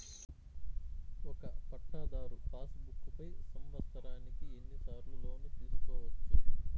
ఒక పట్టాధారు passbook పై సంవత్సరానికి ఎన్ని సార్లు లోను తీసుకోవచ్చు?